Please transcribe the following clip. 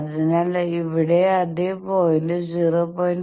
അതിനാൽ ഇവിടെ അതേ പോയിന്റ് 0